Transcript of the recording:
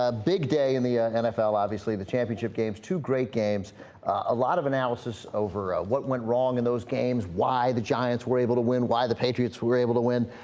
ah big day in the ah n f l obviously the championship games too great games a lot of analysis over out what went wrong in those games why the giants were able to win why the patriots were were able to win